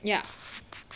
ya